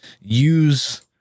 use